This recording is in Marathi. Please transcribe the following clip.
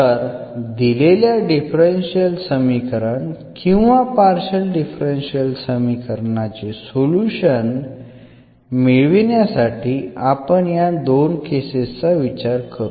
तर दिलेल्या डिफरन्शियल समीकरण किंवा पार्शल डिफरन्शियल समीकरणाचे सोल्युशन मिळविण्यासाठी आपण या दोन केसेस चा विचार करू